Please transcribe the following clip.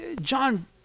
John